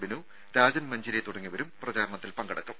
ബിനു രാജൻ മഞ്ചേരി തുടങ്ങിയവരും പ്രചാരണത്തിൽ പങ്കെടുക്കും